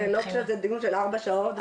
לא כשזה דיון של ארבע שעות.